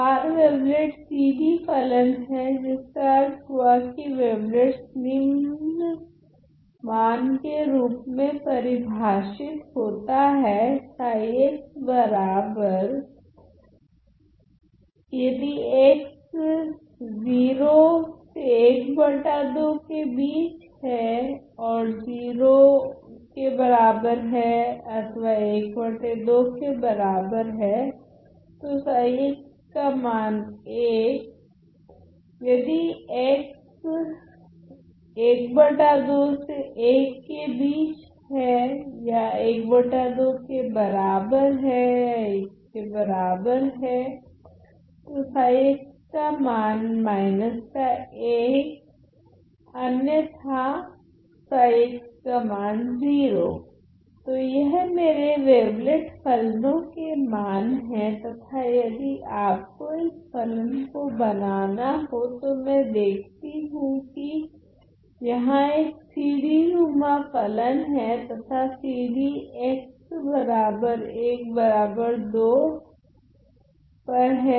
हार वेवलेट्स सीढ़ी फलन है जिसका अर्थ हुआ की वेवलेट्स निम्न मान के रूप में परिभाषित होता हैं तो यह मेरे वेवलेट फलनो के मान है तथा यदि आपको इस फलन को बनाना हो तो मैं देखती हूँ की यहाँ एक सीढ़ीनुमा फलन है तथा सीढ़ी x12 पर हैं